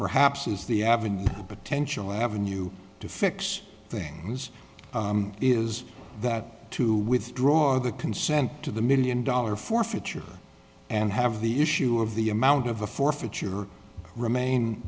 perhaps is the avenue of potential avenue to fix things is that to withdraw the consent to the million dollar forfeiture and have the issue of the amount of the forfeiture remain